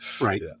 right